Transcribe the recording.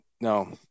no